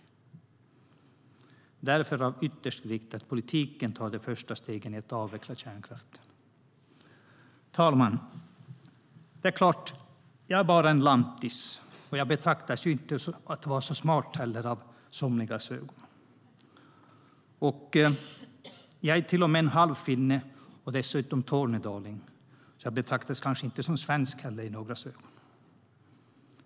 Det är därför av yttersta vikt att politiken tar de första stegen i att avveckla kärnkraften. Herr talman! Det är klart: Jag är bara en lantis, och jag betraktas nog inte som så smart i somligas ögon. Jag är till och med halvfinne och dessutom tornedaling, så jag betraktas kanske inte heller som svensk i någras ögon.